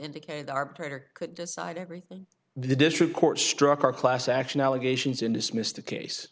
indicated the arbitrator could decide everything the district court struck our class action allegations and dismissed the case